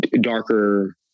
darker